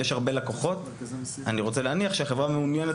אם יש הרבה לקוחות אני רוצה להניח שהחברה מעוניינת